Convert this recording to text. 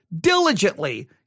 diligently